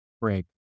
break